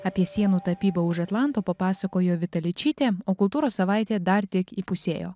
apie sienų tapybą už atlanto papasakojo vita ličytė o kultūros savaitė dar tik įpusėjo